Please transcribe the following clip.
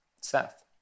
Seth